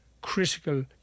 critical